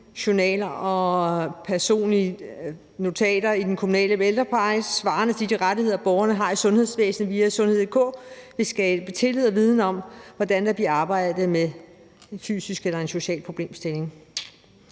journaler og personlige notater i den kommunale ældrepleje svarende til de rettigheder, borgerne har i sundhedsvæsenet via sundhed.dk, vil skabe tillid til og viden om, hvordan der bliver arbejdet med en fysisk eller social problemstilling.